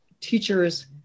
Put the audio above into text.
teachers